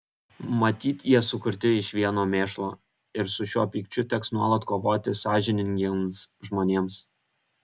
matyt jie sukurti iš vieno mėšlo ir su šiuo pykčiu teks nuolat kovoti sąžiningiems žmonėms